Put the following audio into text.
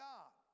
God